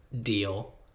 Deal